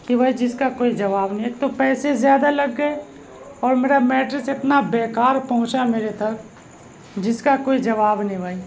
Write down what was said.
کہ بھائی جس کا کوئی جواب نہیں ایک تو پیسے زیادہ لگ گئے اور میرا میٹرس اتنا بے کار پہنچا میرے تک جس کا کوئی جواب نہیں بھائی